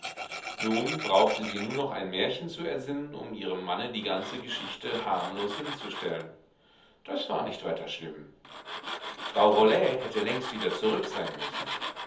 nun brauchte sie nur noch ein märchen zu ersinnen um ihrem manne die ganze geschichte harmlos hinzustellen das war nicht weiter schlimm frau rollet hätte längst wieder zurück sein müssen